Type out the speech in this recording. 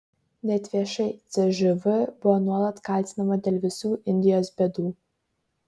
net viešai cžv buvo nuolat kaltinama dėl visų indijos bėdų